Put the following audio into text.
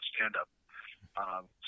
stand-up